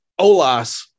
Olas